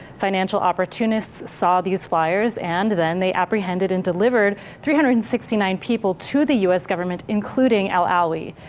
financial opportunists saw these flyers and then they apprehended and delivered three hundred and sixty nine people to the us government, including al-alwi.